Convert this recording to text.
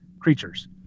creatures